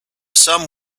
some